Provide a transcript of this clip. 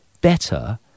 better